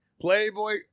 playboy